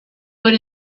what